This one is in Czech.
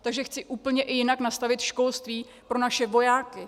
Takže chci úplně i jinak nastavit školství pro naše vojáky.